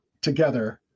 together